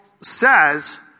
says